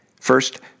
First